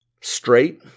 straight